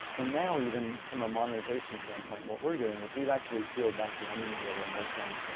and now even, from a modernization standpoint, what we're doing is we've actually peel back the onion a little and we're saying,